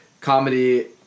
comedy